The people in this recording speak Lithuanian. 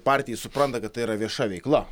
partija supranta kad tai yra vieša veikla